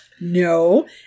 No